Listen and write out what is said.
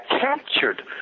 captured